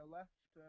left